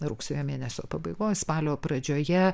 rugsėjo mėnesio pabaigoj spalio pradžioje